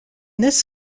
this